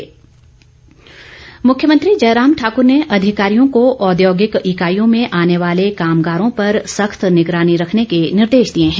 जयराम मुख्यमंत्री जयराम ठाक्र ने अधिकारियों को औद्योगिक इकाईयों में आने वाले कामगारों पर सख्त निगरानी रखने के निर्देश दिए हैं